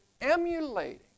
emulating